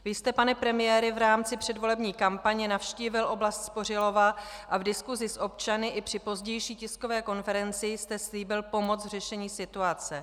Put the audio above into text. Vy jste, pane premiére, v rámci předvolební kampaně navštívil oblast Spořilova a v diskusi s občany i při pozdější tiskové konferenci jste slíbil pomoc v řešení situace.